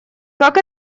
как